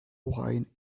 wine